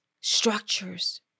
structures